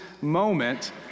moment